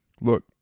Look